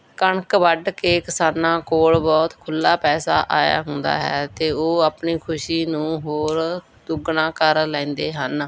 ਕਣਕ ਵੱਢ ਕੇ ਕਿਸਾਨਾਂ ਕੋਲ ਬਹੁਤ ਖੁੱਲ੍ਹਾ ਪੈਸਾ ਆਇਆ ਹੁੰਦਾ ਹੈ ਅਤੇ ਉਹ ਆਪਣੀ ਖੁਸ਼ੀ ਨੂੰ ਹੋਰ ਦੁੱਗਣਾ ਕਰ ਲੈਂਦੇ ਹਨ